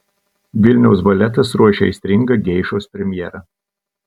vilniaus baletas ruošia aistringą geišos premjerą